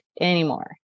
anymore